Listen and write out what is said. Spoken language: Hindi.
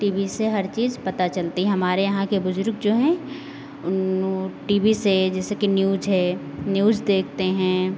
टी वी से हर चीज पता चलती है हमारे यहाँ के बुजुर्ग जो हैं उनो टी वी से जैसे कि न्यूज है न्यूज़ देखते हैं